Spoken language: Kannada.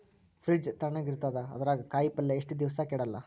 ಫ್ರಿಡ್ಜ್ ತಣಗ ಇರತದ, ಅದರಾಗ ಕಾಯಿಪಲ್ಯ ಎಷ್ಟ ದಿವ್ಸ ಕೆಡಲ್ಲ?